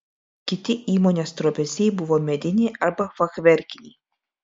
kiti įmonės trobesiai buvo mediniai arba fachverkiniai